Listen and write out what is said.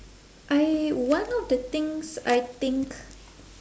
I one of the things I think